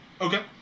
Okay